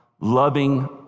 loving